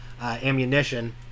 ammunition